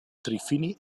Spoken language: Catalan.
trifini